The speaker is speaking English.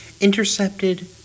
Intercepted